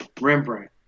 Rembrandt